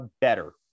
better